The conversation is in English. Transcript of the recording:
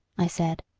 i said.